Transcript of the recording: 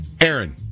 Aaron